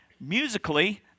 musically